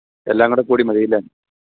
എല്ലാം കൂടെ കൂടി മതിയല്ലേ